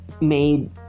made